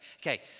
Okay